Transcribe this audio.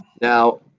Now